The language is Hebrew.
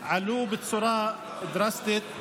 עלו בצורה דרסטית,